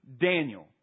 Daniel